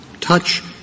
touch